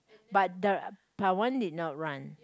but the Pawan did not run